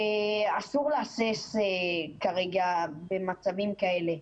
אסור להסס במצבים כאלה.